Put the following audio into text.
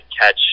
catch